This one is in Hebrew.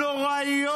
הנוראיות?